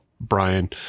Brian